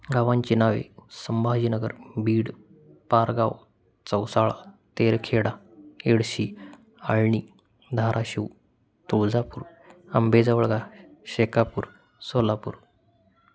गावांची नावे संभाजीनगर बीड पारगाव चौसाळा तेरखेडा येडशी आळणी धाराशिव तुळजापूर अंबेजवळगा शेकापूर सोलापूर